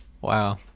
Wow